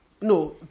No